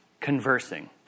Conversing